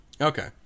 Okay